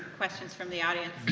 questions from the audience.